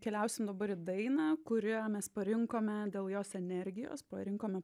keliausim dabar į dainą kurią mes parinkome dėl jos energijos parinkome